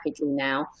now